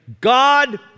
God